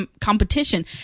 competition